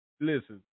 listen